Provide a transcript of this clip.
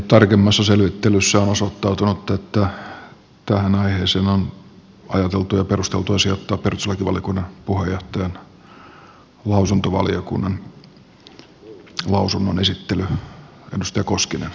tarkemmassa selvittelyssä on osoittautunut että tähän aiheeseen on ajateltu ja olisi perusteltua sijoittaa perustuslakivaliokunnan puheenjohtajan lausuntovaliokunnan lausunnon esittely